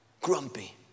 grumpy